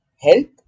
help